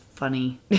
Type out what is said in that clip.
funny